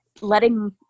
letting